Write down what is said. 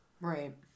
Right